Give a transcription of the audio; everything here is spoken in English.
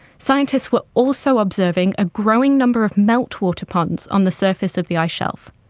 scientists were also observing a growing number of meltwater ponds on the surface of the ice shelf.